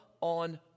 on